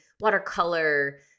watercolor